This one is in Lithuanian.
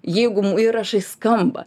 jeigu m įrašai skamba